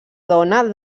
dona